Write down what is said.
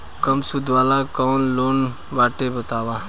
कम सूद वाला कौन लोन बाटे बताव?